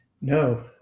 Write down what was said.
No